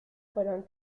fueron